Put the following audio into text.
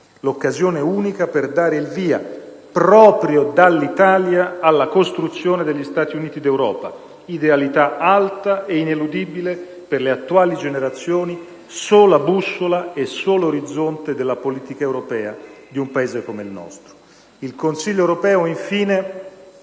L'occasione è unica per dare il via, proprio dall'Italia, alla costruzione degli Stati Uniti d'Europa, idealità alta e ineludibile per le attuali generazioni, sola bussola e solo orizzonte della politica europea di un Paese come il nostro. Infine,